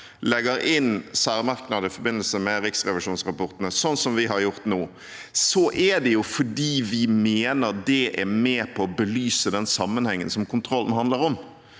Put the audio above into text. legger inn særmerknader i forbindelse med riksrevisjonsrapportene, som vi har gjort nå, er det fordi vi mener det er med på å belyse den sammenhengen kontrollen handler om.